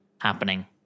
happening